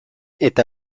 eta